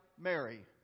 Mary